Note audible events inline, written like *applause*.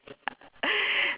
*laughs*